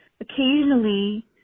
occasionally